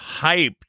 hyped